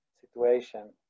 situation